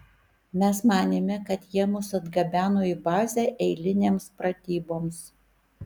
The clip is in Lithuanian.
mes manėme kad jie mus atgabeno į bazę eilinėms pratyboms